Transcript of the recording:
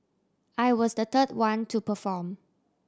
I was the third one to perform